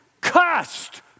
cussed